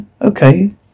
Okay